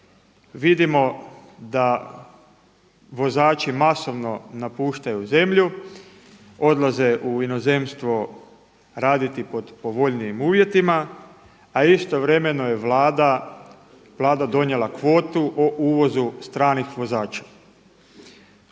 Vidimo da vozači masovno napuštaju zemlju, odlaze u inozemstvo raditi pod povoljnijim uvjetima a istovremeno je Vlada donijela kvotu o uvozu stranih vozača.